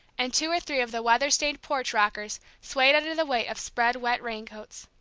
and two or three of the weather-stained porch rockers swayed under the weight of spread wet raincoats.